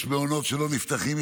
יש מעונות שלא נפתחים,